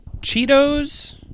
Cheetos